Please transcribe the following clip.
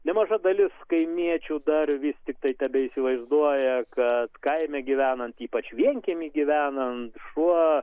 nemaža dalis kaimiečių dar vis tiktai tebeįsivaizduoja kad kaime gyvenant ypač vienkiemy gyvenant šuo